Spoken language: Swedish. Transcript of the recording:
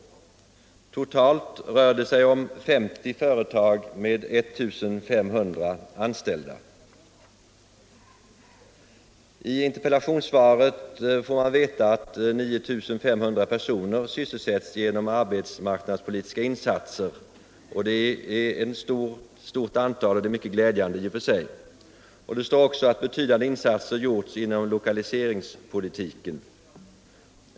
Totalt rör det sig om 50 företag med 1 500 anställda. I interpellationssvaret får man veta att 9 500 personer sysselsätts genom arbetsmarknadspolitiska insatser. Det är ett stort antal och det är mycket glädjande i och för sig. Det sägs också i svaret att betydande insatser gjorts inom lokaliseringspolitiken.